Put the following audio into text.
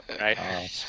right